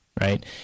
Right